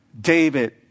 David